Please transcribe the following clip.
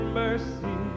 mercy